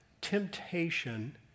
temptation